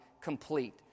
complete